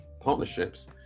partnerships